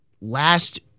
last